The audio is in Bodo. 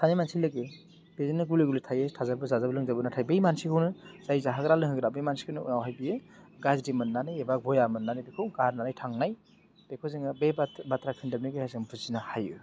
सानै मानसि लोगो बेदिनो गुलि गुलि थायो थाजाबो जाजाबो लोंजाबो नाथाइ बै मानसिखौनो जाय जाहोग्रा लोंहोग्रा बे मानसिखौनो उनावहाय बियो गाज्रि मोन्नानै एबा बया मोन्नानै बेखौ गारनानै थांनाय बेखौ जोङो बे बाथ्रा बाथ्रा खोन्दोबनि गेजेरजों बुजिनो हायो